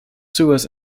suez